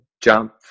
jump